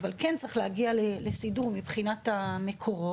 אבל, כן צריך להגיע לסידור מבחינת המקורות.